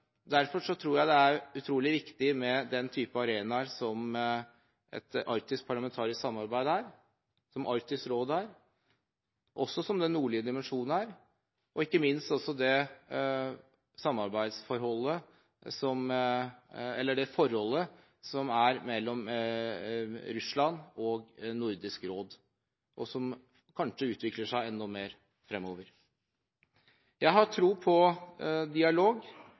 Derfor tror jeg det er utrolig viktig med den type arenaer som et arktisk parlamentarisk samarbeid er, som Arktisk råd er, som Den nordlige dimensjon er, og ikke minst det forholdet som er mellom Russland og Nordisk råd, og som kanskje utvikler seg enda mer fremover. Jeg har tro på dialog,